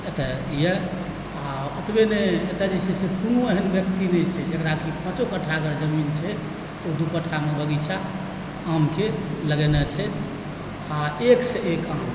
एतय यऽ आ ओतबे नहि एतय जे छै से कोनो एहन व्यक्ति नहि छै जकरा कि पाँचो कट्ठा अगर जमीन छै तऽ दू कट्ठामे बगीचा आमके लगओने छथि आ एकसँ एक आम